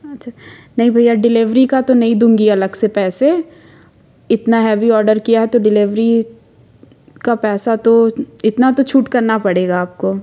अच्छा नहीं भैया डिलेवरी का तो नहीं दूँगी अलग से पैसे इतना हैवी ऑडर किया है तो डिलेवरी का पैसा तो इतना तो छूट करना पड़ेगा आपको